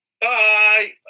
Bye